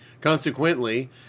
Consequently